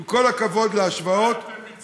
עם כל הכבוד להשוואות, מתי אתם מצטרפים?